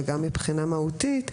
וגם מבחינה מהותית,